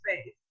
space